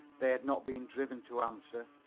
they had not been driven to answer.